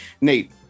Nate